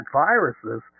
viruses